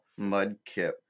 Mudkip